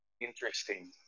Interesting